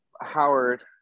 howard